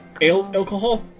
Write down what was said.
alcohol